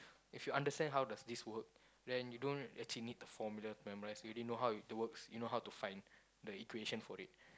if you understand how does this work then you don't actually need the formula to memorise you already know how th~ it works you know how to find the equation for it